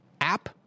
app